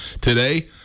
today